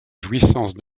jouissance